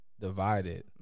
divided